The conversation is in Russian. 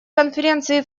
конференции